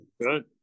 good